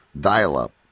dial-up